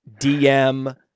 DM